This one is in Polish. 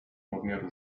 nadmiaru